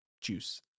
juice